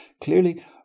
Clearly